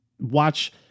watch